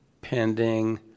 pending